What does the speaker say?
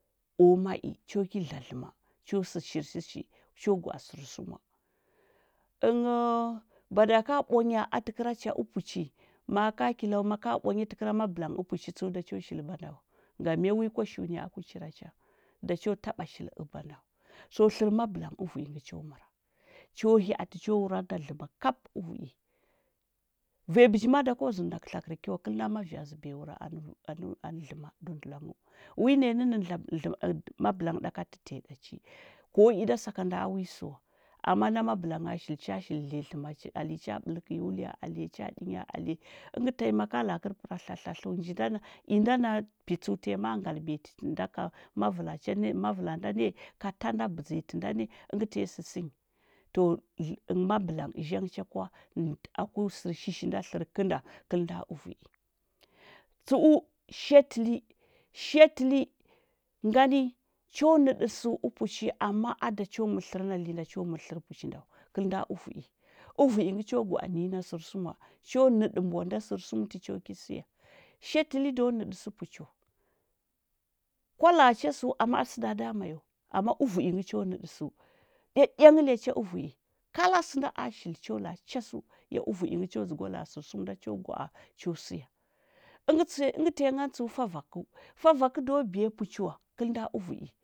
O mai cho ki dla dlɚma cho sɚ sɚr shi shi cho gwa’a sɚr sɚma ɚnghɚu daga ka ɓwanya atɚ kɚra cha upuchi, maa aka hakila wa maka ɓwanya tɚ kɚra mabɚlang upuchi tsɚ’u da sho shili aba ndawa ngam mpya? Wi kwa shilini ku chira cha, da cho taɗa shili ɚbanda wa so tlɚr mabɚlang ɚvu’i ngɚ cho mɚra cho hya’ati cho wuranda dlɚ ma kap ɚvu’i vanya biji ma’a da ko zɚndɚ nakɚ tlakɚr ki wa kɚl nda ma vya zɚbiya wura anɚ anɚ anɚ dlɚma dondulongɚu wi naya nɚnnɚna dlɚma dlɚma mabɚlang ɗaka lɚ tiya ɗa chi ku i ɗa sakanda a wi sɚ wa, ama nda mabɚlanga shili cha shili dliya tlɚma alinyi cha ɓlɚ kɚnyi wuhya alinyi cha ɗinya alinyi ɚngɚ tanyi maka la’a kɚr para tlatlatlɚu njinda inda na pi tsu’u tanyi ngal biyatɚnda ka mavɚlacha ne, mavɚlanda ne ka tanda bɚdlɚya tɚnda ne bigɚ tanyi sɚsɚ nyi to mabɚ lang zhang eha kwa aku sɚr shishi nda tlɚr kɚn nda kɚl nda ɚvu’i tsu’u shatili, shatili ngani cho nɚdɚ sɚu upuchi ama ada cho mɚr tlɚrɚ na li nda cho mɚrɚ nda ɚvu’i ɚvu’i ngɚcho gwa’a nɚnyi na sɚr sɚma cho nɚɗɚ mbwanda sɚr sɚmɚ tɚ tɚ cho ki siya shatili do nɚɗɚ sɚ puchi wa, kwa laa cha sɚu ama a sɚ da dama nyi wa ama ɚvu’i ngɚ cho nɚɗɚ sɚu. Dedeng lya eha ɚu’i kala sɚnda a shili cho la’a chasɚu ya ɚvu’i ngɚ cho dzɚgwa la’a sɚr sɚma nda cho wwa’a cho siya ɚngɚ tsɚ ɚngɚ tanyi ngana tsɚu favakɚu favako do biya puchi wa kɚl nda ɚvu’i.